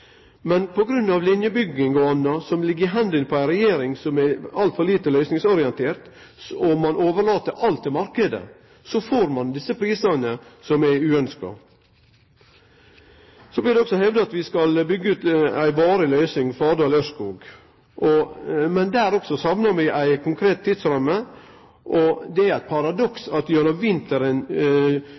Men på grunn av linjebygging og anna som ligg i hendene på ei regjering som er altfor lite løysingsorientert, der ein overlèt alt til marknaden, får ein desse prisane som er uønskte. Så blir det òg hevda at vi skal byggje ut ei varig løysing Fardal–Ørskog, men der òg saknar vi ei konkret tidsramme. Det er eit paradoks at vinteren